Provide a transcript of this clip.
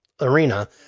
arena